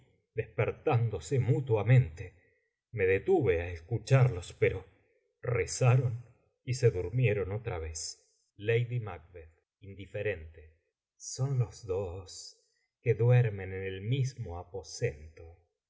despertándose mutuamente me detuve á escucharlos pero rezaron y se durmieron otra vez lady mac indiferente son los dos que duermen en el mismo aposento